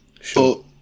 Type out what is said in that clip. Sure